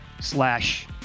slash